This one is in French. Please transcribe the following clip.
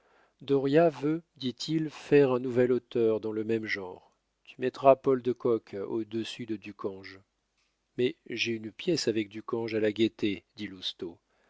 veut dit-il faire un nouvel auteur dans le même genre tu mettras paul de kock au dessus de ducange mais j'ai une pièce avec ducange à la gaieté dit lousteau